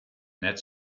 net